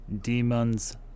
Demons